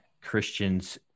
Christians